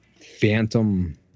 phantom